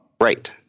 Right